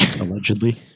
Allegedly